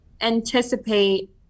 anticipate